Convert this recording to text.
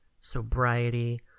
sobriety